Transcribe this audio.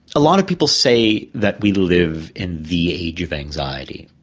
a lot of people say that we live in the age of anxiety.